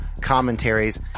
commentaries